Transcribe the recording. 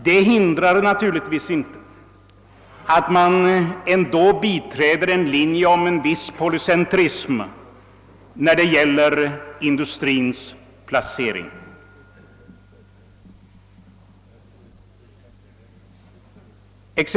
Det hindrar naturligtvis inte att man ändå biträder en linje om en viss. polycentrism, när det gäller industrins placering.